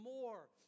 more